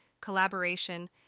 collaboration